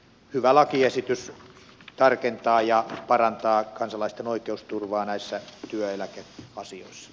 hyvä lakiesitys tarkentaa ja parantaa kansalaisten oikeusturvaa näissä työeläkeasioissa